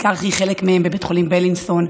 ביקרתי חלק מהם בבית חולים בלינסון.